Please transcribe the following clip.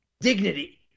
dignity